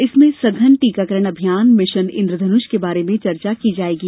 इसमें संघन टीकाकरण अभियान मिशन इंद्रधनुष के बारे में चर्चा की जायेगी